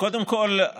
קודם כול,